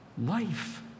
life